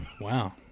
Wow